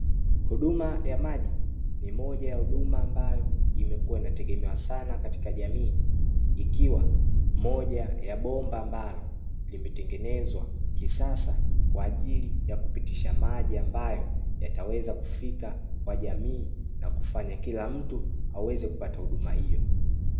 Huduma ya maji ni moja ya huduma ambayo imekuwa inategemewa sana katika jamii, ikiwa moja ya bomba ambalo limetengenezwa kisasa kwa ajili ya kupitisha maji ambayo yataweza kufika kwa jamii, na kufanya kila mtu aweze kupata huduma hiyo.